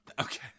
Okay